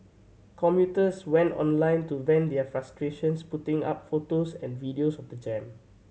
commuters went online to vent their frustrations putting up photos and videos of the jam